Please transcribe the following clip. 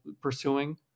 pursuing